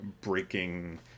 breaking